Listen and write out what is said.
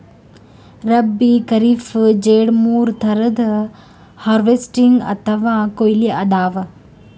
ರಬ್ಬೀ, ಖರೀಫ್, ಝೆಡ್ ಮೂರ್ ಥರದ್ ಹಾರ್ವೆಸ್ಟಿಂಗ್ ಅಥವಾ ಕೊಯ್ಲಿ ಅದಾವ